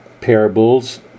parables